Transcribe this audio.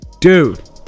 dude